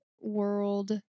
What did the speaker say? World